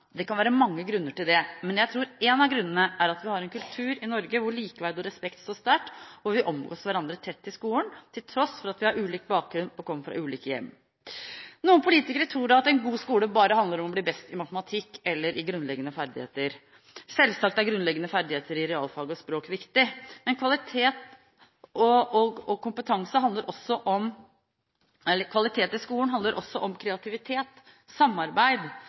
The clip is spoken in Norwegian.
Det kan være mange grunner til det, men jeg tror en av grunnene er at vi har en kultur i Norge hvor likeverd og respekt står sterkt, og hvor vi omgås hverandre tett i skolen, til tross for at vi har ulik bakgrunn og kommer fra ulike hjem. Noen politikere tror at en god skole bare handler om å bli best i matematikk eller i grunnleggende ferdigheter. Selvsagt er grunnleggende ferdigheter i realfag og språk viktig, men kvalitet i skolen handler også om